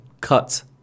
cut